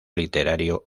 literario